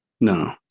No